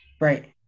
Right